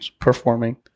performing